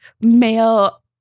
male